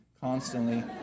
constantly